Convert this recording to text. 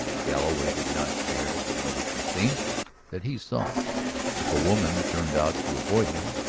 galloway did not care to let it be seen that he saw if a woman turned out to avoid him,